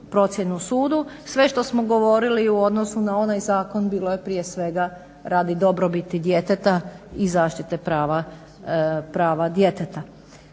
procjenu sudu. Sve što smo govorili u odnosu na onaj zakon bilo je prije svega radi dobrobiti djeteta i zaštite prava djeteta.